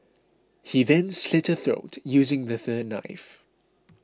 he then slit her throat using the third knife